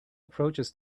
approaches